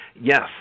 Yes